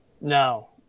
No